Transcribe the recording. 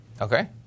okay